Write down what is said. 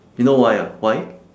you know why ah why